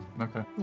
Okay